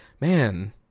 man